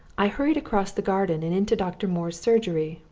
i hurried across the garden and into dr. moore's surgery,